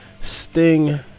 Sting